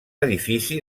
edifici